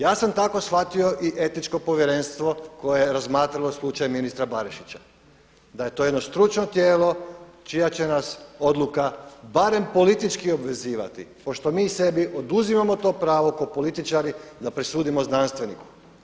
Ja sam tako shvatio i Etičko povjerenstvo koje je razmatralo slučaj ministra Barišića da je to jedno stručno tijelo čija će nas odluka barem politički obvezivati pošto mi sebi oduzimamo to pravo kao političari da presudimo znanstveniku.